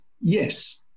yes